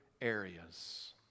areas